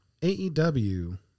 AEW